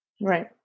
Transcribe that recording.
Right